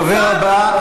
הדובר הבא,